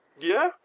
yeah?